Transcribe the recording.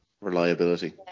reliability